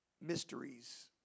mysteries